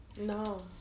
no